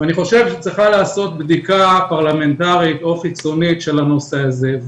ואני חושב שצריכה להיעשות בדיקה פרלמנטרית או חיצונית של הנושא הזה.